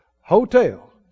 hotel